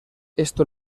esto